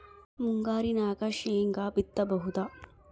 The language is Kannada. ಮುಂಗಾರಿನಾಗ ಶೇಂಗಾ ಬಿತ್ತಬಹುದಾ?